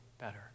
better